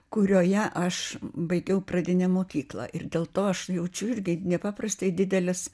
kurioje aš baigiau pradinę mokyklą ir dėl to aš jaučiu irgi nepaprastai didelius